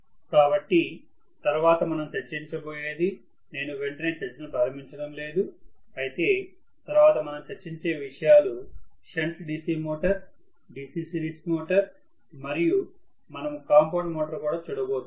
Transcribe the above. కాబట్టి తర్వాత మనం చర్చించ బోయేది నేను వెంటనే చర్చను ప్రారంభించడం లేదు అయితే తర్వాత మనం చర్చించే విషయాలు shunt DC motor DC series motor మరియు మనము కాంపౌండ్ మోటర్ కూడా చూడబోతున్నాం